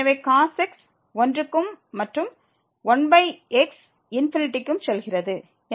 எனவே cos x 1 க்கும் மற்றும் 1x ∞ க்கும் செல்கிறது